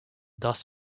thus